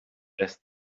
best